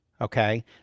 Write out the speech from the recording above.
okay